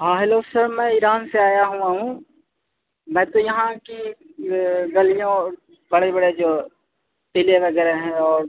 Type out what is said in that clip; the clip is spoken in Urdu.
ہاں ہیلو سر میں ایران سے آیا ہوا ہوں میں تو یہاں کی گلیوں بڑے بڑے جو قلعے وغیرہ ہیں اور